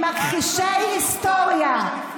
עם מכחישי היסטוריה,